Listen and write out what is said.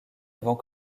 avant